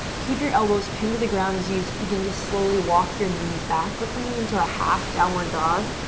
keep your elbows pinned to the ground as you begin to slowly walk your knees back. we're coming into a half downward dog.